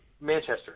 Manchester